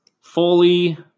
fully